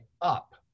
up